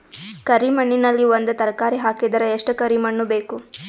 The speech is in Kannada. ಕರಿ ಮಣ್ಣಿನಲ್ಲಿ ಒಂದ ತರಕಾರಿ ಹಾಕಿದರ ಎಷ್ಟ ಕರಿ ಮಣ್ಣು ಬೇಕು?